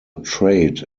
trade